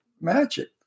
magic